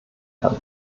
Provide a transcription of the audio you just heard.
kann